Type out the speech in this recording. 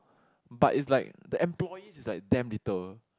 but is like the employees is like damn little